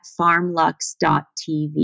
farmlux.tv